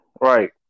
Right